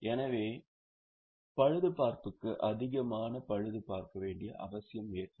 எனவே பழுதுபார்ப்புக்கு அதிகமான பழுது பார்க்க வேண்டிய அவசியம் ஏற்படும்